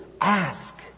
Ask